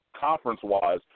conference-wise